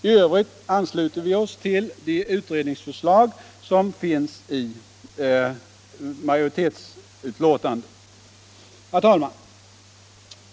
I övrigt ansluter vi oss till de utredningsförslag som finns i majoritetsbetänkandet. Herr talman!